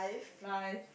life